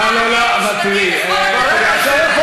הם לומדים, בכל, בלי הפסקה.